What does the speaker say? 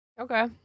Okay